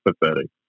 pathetic